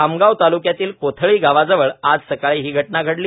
खामगाव ताल्क्यातील कोथळी गावाजवळ आज सकाळी ही घटना घडली